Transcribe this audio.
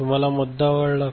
तुम्हाला मुद्दा कळला का